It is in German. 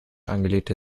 angelegte